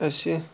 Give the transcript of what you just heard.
اَسہِ